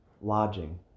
Lodging